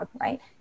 Right